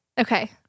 Okay